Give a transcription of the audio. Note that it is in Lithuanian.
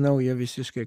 naują visiškai